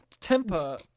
temper